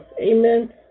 Amen